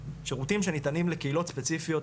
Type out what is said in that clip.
שירותים שניתנים לקהילות ספציפיות,